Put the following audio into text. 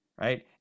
right